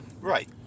Right